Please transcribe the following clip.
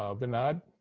ah vinod?